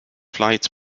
flight